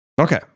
Okay